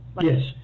Yes